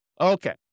Okay